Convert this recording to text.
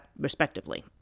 respectively